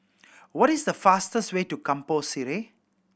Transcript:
what is the fastest way to Kampong Sireh